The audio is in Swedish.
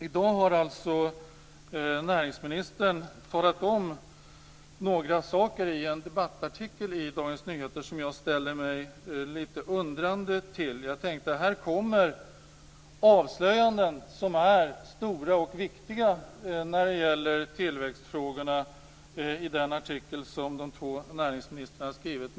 I dag har alltså näringsminister Björn Rosengren talat om några saker i en debattartikel i Dagens Nyheter som jag ställer mig lite undrande till. Jag tänkte att det skulle ske stora och viktiga avslöjanden när det gäller tillväxtfrågorna i den artikel som de två näringsministrarna har skrivit.